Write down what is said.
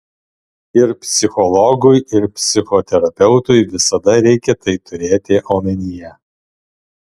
ir psichologui ir psichoterapeutui visada reikia tai turėti omenyje